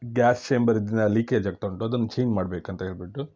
gas ಚೇಂಬರಿದ್ leakage ಆಗ್ತಾ ಉಂಟು ಅದನ್ನ ಚೇಂಜ್ ಮಾಡ್ಬೇಕು ಅಂತ ಹೇಳಿಬಿಟ್ಟು